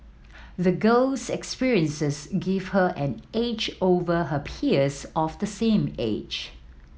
the girl's experiences give her an edge over her peers of the same age